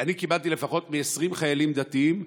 אני קיבלתי לפחות מ-20 חיילים דתיים,